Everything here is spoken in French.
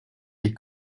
les